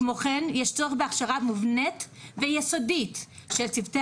כמו כן יש צורך בהכשרה מובנית ויסודית של צוותי